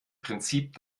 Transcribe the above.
prinzip